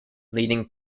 leading